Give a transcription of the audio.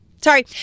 Sorry